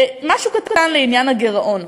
משהו קטן לעניין הגירעון.